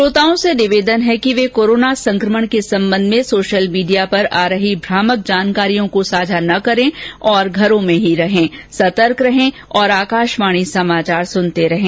श्रोताओं से निवेदन है कि वे कोरोना संकमण के संबंध में सोशल मीडिया पर आ रही भ्रामक जानकारियों को साझा न करें और घरों में ही रहें सतर्क रहें और आकाशवाणी समाचार सुनते रहें